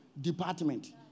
department